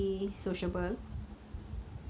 I guess everyone in our family are